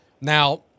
Now –